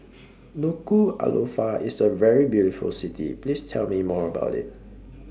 Nuku'Alofa IS A very beautiful City Please Tell Me More about IT